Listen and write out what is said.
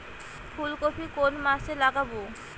ফুলকপি কোন মাসে লাগাবো?